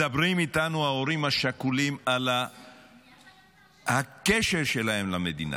מדברים איתנו ההורים השכולים על הקשר שלהם למדינה,